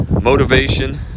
motivation